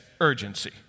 urgency